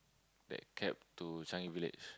that cab to Changi Village